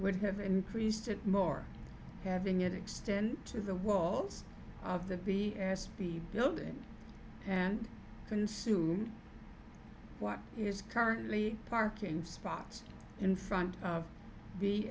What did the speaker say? would have increased it more having it extend to the walls of the b airspeed building and consume what is currently parking spots in front of